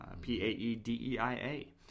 P-A-E-D-E-I-A